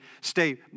stay